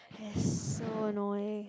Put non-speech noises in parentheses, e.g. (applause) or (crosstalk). (noise) so annoying